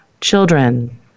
children